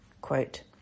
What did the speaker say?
Quote